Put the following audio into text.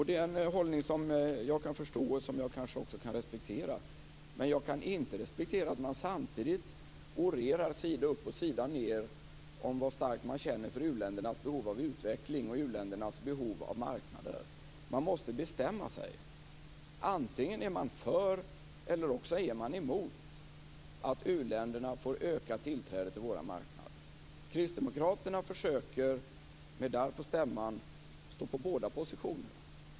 Det är en hållning som jag kan förstå och som jag också kan respektera. Men jag kan inte respektera att man samtidigt sida upp och sida ned orerar om hur starkt man känner för u-ländernas behov av utveckling och behov av marknader. Man måste bestämma sig: antingen är man för eller också är man emot att u-länderna får ökad tillträde till våra marknader. Kristdemokraterna försöker med darr på stämman stå på båda positionerna.